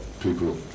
people